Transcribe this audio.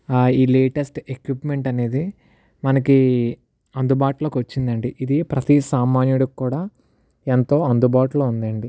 ఈ latest equipment అనేది మనకి అందుబాటులోకి వచ్చిందండి ఇది ప్రతి సామాన్యుడికి కూడా ఎంతో అందుబాటులో ఉందండి